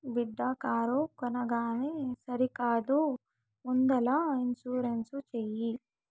బిడ్డా కారు కొనంగానే సరికాదు ముందల ఇన్సూరెన్స్ చేయి